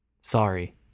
Sorry